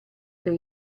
per